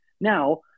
Now